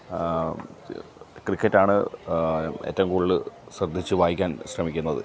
cricket ആണ് ഏറ്റവും കൂടുതൽ ശ്രദ്ധിച്ച് വായിക്കാൻ ശ്രമിക്കുന്നത്